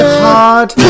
hard